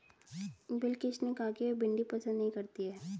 बिलकिश ने कहा कि वह भिंडी पसंद नही करती है